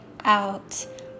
out